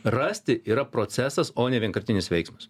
rasti yra procesas o ne vienkartinis veiksmas